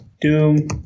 Doom